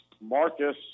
Marcus